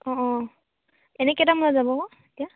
অঁ অঁ এনেই কেইটামান বজাত যাব আকৌ এতিয়া